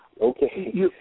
Okay